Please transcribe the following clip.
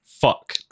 Fuck